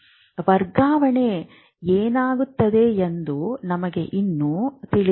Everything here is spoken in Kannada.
ವರ್ಗಾವಣೆ ಏನಾಗುತ್ತದೆ ಎಂದು ನಮಗೆ ಇನ್ನೂ ತಿಳಿದಿಲ್ಲ